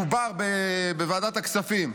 דובר בוועדת הכספים: